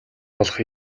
болох